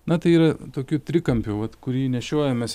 na tai yra tokiu trikampiu vat kurį nešiojamės